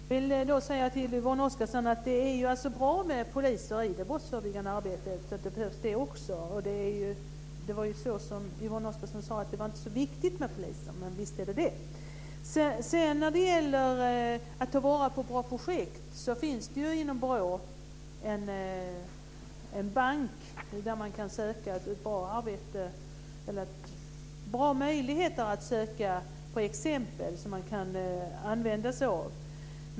Herr talman! Jag vill säga till Yvonne Oscarsson att det är bra med poliser i det brottsförebyggande arbetet. De behövs också. Yvonne Oscarsson sade att det inte är så viktigt med poliser - men visst är det det! När det gäller att ta vara på bra projekt så finns det inom BRÅ en bank där det finns bra möjligheter att söka exempel som man kan använda sig av.